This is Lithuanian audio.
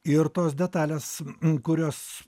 ir tos detalės kurios